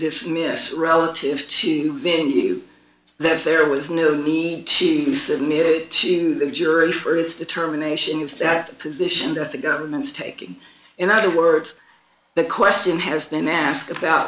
dismiss relative to venue that there was no need to be submitted to the jury for its determination is that the position that the government is taking in other words the question has been asked about